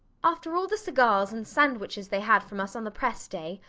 after all the cigars and sandwiches they had from us on the press day,